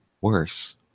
worse